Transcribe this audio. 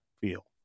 feel